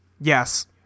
Yes